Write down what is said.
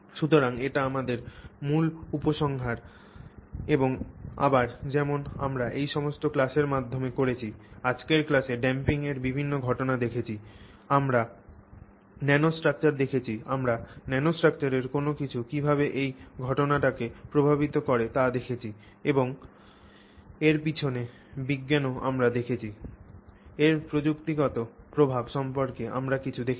সুতরাং এটি আমাদের মূল উপসংহার এবং আবার যেমন আমরা এই সমস্ত ক্লাসের মাধ্যমে করেছি আজকের ক্লাসে ড্যাম্পিং এর বিভিন্ন ঘটনা দেখেছি আমরা ন্যানোস্ট্রাকচার দেখেছি আমরা ন্যানোস্ট্রাকচারের কোনও কিছু কীভাবে এই ঘটনাটিকে প্রভাবিত করে তা দেখেছি এবং এর পিছনে বিজ্ঞানও আমরা দেখেছি এর প্রযুক্তিগত প্রভাব সম্পর্কেও আমরা কিছু দেখেছি